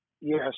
Yes